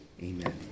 Amen